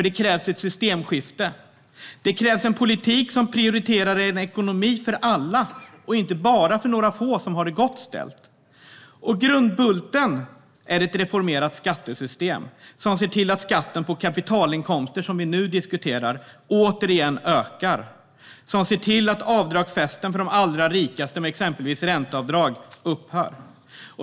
Det krävs ett systemskifte. Det krävs en politik som prioriterar en ekonomi för alla, inte bara för några få som har det gott ställt. Grundbulten är ett reformerat skattesystem som ser till att skatten på kapitalinkomster, som vi nu diskuterar, återigen ökar och att avdragsfesten för de allra rikaste med till exempel ränteavdrag upphör.